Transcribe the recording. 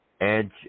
Edge